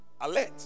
Alert